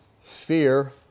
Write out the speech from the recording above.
fear